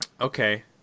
Okay